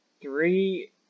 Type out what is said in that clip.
three